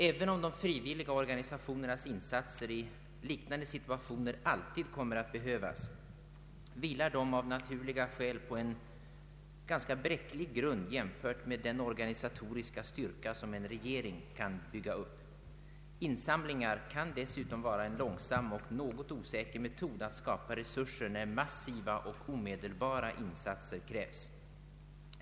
Även om de frivilliga organisationernas insatser i liknande situationer alltid kommer att behövas vilar de av naturliga skäl på en ganska bräcklig grund jämfört med den organisatoriska styrka som en regering kan bygga upp. Insamlingar kan dessutom vara en långsam och något osäker metod att skapa resurser när massiva och omedelbara insatser krävs.